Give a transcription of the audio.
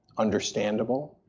understandable,